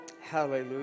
Hallelujah